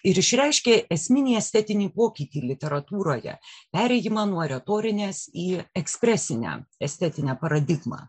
ir išreiškė esminį estetinį pokytį literatūroje perėjimą nuo retorinės į ekspresinę estetinę paradigmą